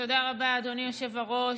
תודה רבה, אדוני היושב-ראש.